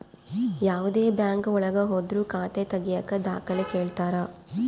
ಯಾವ್ದೇ ಬ್ಯಾಂಕ್ ಒಳಗ ಹೋದ್ರು ಖಾತೆ ತಾಗಿಯಕ ದಾಖಲೆ ಕೇಳ್ತಾರಾ